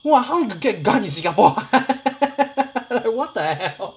!wah! how you get gun in singapore what the hell